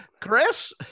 Chris